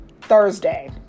Thursday